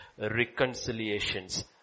reconciliations